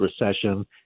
recession